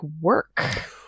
work